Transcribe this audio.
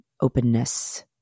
openness